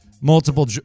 multiple